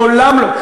מעולם לא.